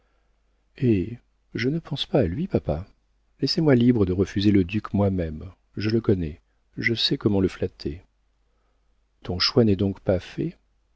eh je ne pense pas à lui papa laissez-moi libre de refuser le duc moi-même je le connais je sais comment le flatter ton choix n'est donc pas fait